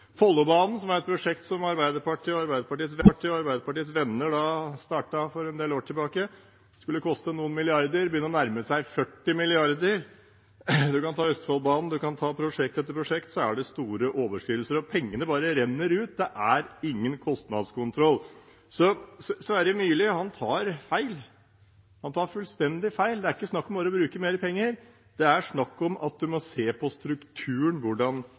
Follobanen, et prosjekt som Arbeiderpartiet og Arbeiderpartiets venner startet for en del år tilbake, skulle koste noen milliarder. Det begynner å nærme seg 40 mrd. kr. En kan ta Østfoldbanen, en kan ta prosjekt etter prosjekt – det er store overskridelser. Pengene bare renner ut, det er ingen kostnadskontroll. Så Sverre Myrli tar feil. Han tar fullstendig feil. Det er ikke snakk om bare å bruke mer penger; det er snakk om at en må se på strukturen, på hvordan